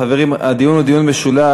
חברים, הדיון הוא דיון משולב.